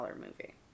movie